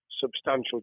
Substantial